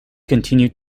continued